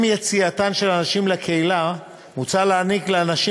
עם יציאתן של הנשים לקהילה מוצע להעניק לנשים